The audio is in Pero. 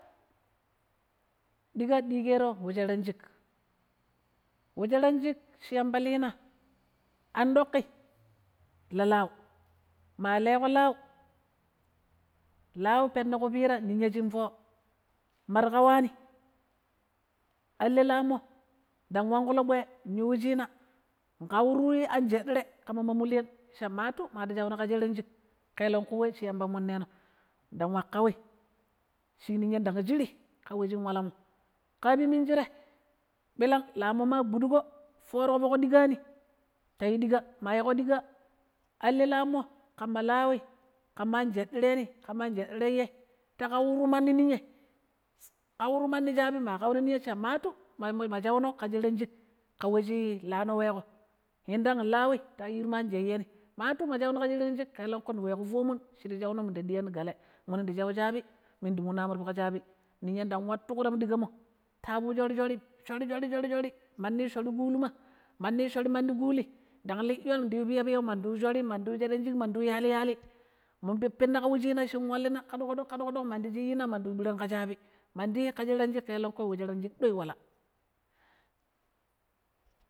﻿Diƙaa ɗikero wo sheran shiƙ wo sheran shiƙ shi yamba liina an ɗoƙ i la-laau ma leko laau, laau penna ƙu piira ninya shin foọ ma ta ƙawaani, alle laammo ndang wangƙulo bwe yu wochinaa nƙawu anjeɗɗere ƙamma ma mulyan sha ma wattu ma wattui shauno ka sheran shiƙ ƙeleng ƙu we shi yamba munneno, ndang wa ƙawi shiƙ niyya ndang shirii ƙawe shin walamo kaabi minjire bilang laamo ma gɓuɗugo fooruƙo fok diƙaani ta yu diƙaa ma yiko diƙaa alle laummo ƙamma lawi ƙamma anjeɗɗereni, ƙamma anjeɗɗere iyyai ta ƙauru mandi ninyai ƙauru mandi shaabi ma kauna sha maatu ma shauno ka sheran shik ƙa we shi laano weƙo yindang laawi ta yiru ma anjayyeni maatu ma shauno ƙa sheran shik kelengƙui niweƙo paamun shi ta shauno minu ta ɗiyani galee minun ndi shau shabi minun ndi munu aam ti fok shabi, ninya ndang wattu kuram ɗiƙammo ta aabu shor-shori, shor-shor shor-shori manni shor kulima manni shor mandi kuli ndang liɗɗiyon mandi yu shorii, mandi yu sheran shiƙ, mandi yu yali-yalii, mun peppina ƙa wuchina shin wallina ƙa ɗoƙ-ɗoƙ ƙa ɗoƙ-doƙ mandi chiyyina mandi yu ɓirang ƙa shaabi, mandi yi ƙa sheran shik ƙelenƙu ɗoi wala.